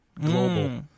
Global